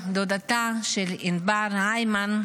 דודתה של ענבר הימן,